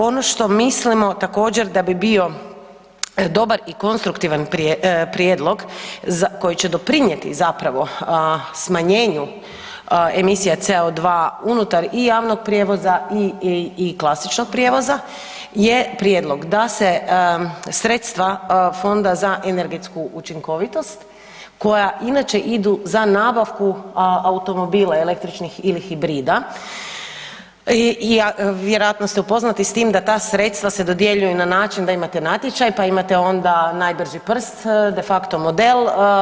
Ono što mislimo također da bi bio dobar i konstruktivan prijedlog koji će doprinijeti zapravo smanjenju emisija CO2 unutar i javnog prijevoza i klasičnog prijevoza je prijedlog da se sredstva Fonda za energetsku učinkovitost koja inače idu za nabavku automobila električnih ili hibrida i vjerojatno ste upoznati sa tim da ta sredstva se dodjeljuju na način da imate natječaj pa imate onda najbrži prst, de facto model.